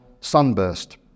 Sunburst